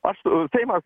aš seimas